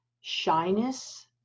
shyness